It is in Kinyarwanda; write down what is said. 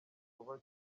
kuba